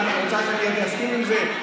את רוצה שאני אסכים לזה?